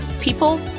people